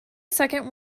second